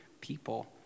people